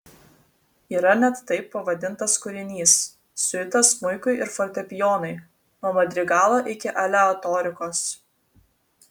yra net taip pavadintas kūrinys siuita smuikui ir fortepijonui nuo madrigalo iki aleatorikos